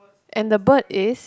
and the bird is